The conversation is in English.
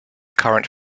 current